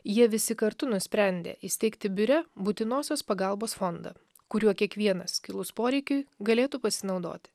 jie visi kartu nusprendė įsteigti biure būtinosios pagalbos fondą kuriuo kiekvienas kilus poreikiui galėtų pasinaudoti